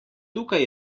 tukaj